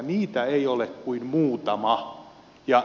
niitä ei ole kuin muutama